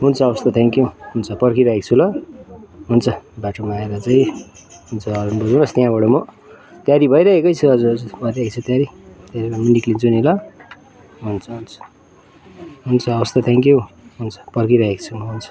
हुन्छ हुन्छ थ्याङक्यू हुन्छ पर्खिरहेको छु ल हुन्छ बाटोमा आएर चाहिँ हुन्छ ओर्लिनुहोस् त्यहाँबाट म तयार भइरहेकै छु हजुर भइरहेको छु तयार निक्लिन्छु नि ल हुन्छ हुन्छ हुन्छ हवस् त थ्याङ्कयू हुन्छ पर्खिरहेको छु म हुन्छ